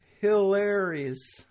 hilarious